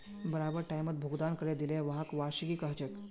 बराबर टाइमत भुगतान करे दिले व्हाक वार्षिकी कहछेक